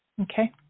Okay